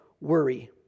worry